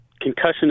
concussion